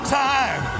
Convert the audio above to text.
time